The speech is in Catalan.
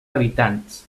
habitants